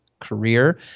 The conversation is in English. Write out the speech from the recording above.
career